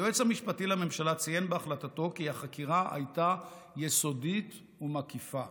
היועץ המשפטי לממשלה ציין בהחלטתו כי החקירה הייתה יסודית ומקיפה